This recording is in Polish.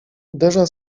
uderza